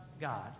God